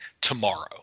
tomorrow